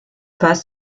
pas